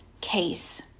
case